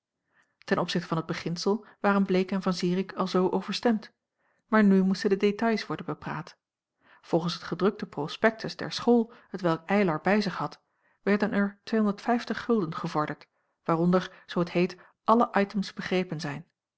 ten opzichte van het beginsel waren bleek en van zirik alzoo overstemd maar nu moesten de détails worden bepraat volgens het gedrukte prospektus der school t welk eylar bij zich had werden er gevorderd waaronder zoo t heet alle items begrepen zijn